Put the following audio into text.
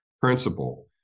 principle